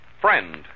Friend